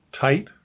tight